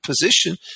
position